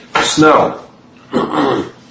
snow